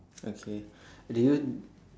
okay do you